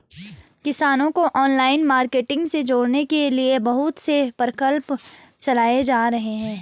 किसानों को online marketing से जोड़ने के लिए बहुत से प्रकल्प चलाए जा रहे हैं